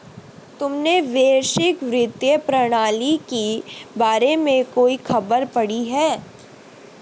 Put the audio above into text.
तुमने वैश्विक वित्तीय प्रणाली के बारे में कोई खबर पढ़ी है?